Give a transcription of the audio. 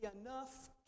enough